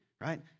right